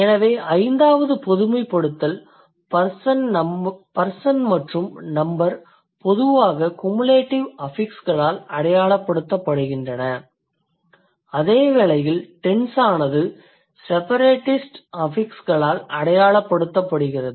எனவே ஐந்தாவது பொதுமைப்படுத்தலில் பர்சன் மற்றும் நம்பர் பொதுவாக குமுலேடிவ் அஃபிக்ஸ்களால் அடையாளப்படுத்தப்படுகின்றன அதேவேளையில் டென்ஸ் ஆனது செபரேடிஸ்ட் அஃபிக்ஸ்களால் அடையாளப்படுத்தப்படுகிறது